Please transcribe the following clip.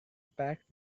packed